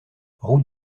route